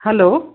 hello